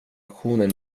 auktionen